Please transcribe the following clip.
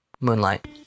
Moonlight